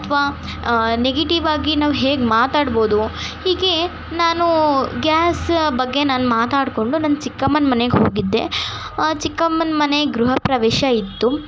ಅಥ್ವಾ ನೆಗೆಟಿವ್ ಆಗಿ ನಾವು ಹೇಗೆ ಮಾತಾಡ್ಬೋದು ಹೀಗೇ ನಾನು ಗ್ಯಾಸ್ ಬಗ್ಗೆ ನಾನು ಮಾತಾಡಿಕೊಂಡು ನನ್ನ ಚಿಕ್ಕಮ್ಮನ ಮನೆಗೆ ಹೋಗಿದ್ದೆ ಚಿಕ್ಕಮ್ಮನ ಮನೆ ಗೃಹಪ್ರವೇಶ ಇತ್ತು